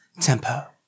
Tempo